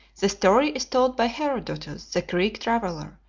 the story is told by herodotus, the greek traveller,